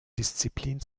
disziplin